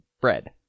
bread